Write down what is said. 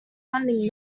funding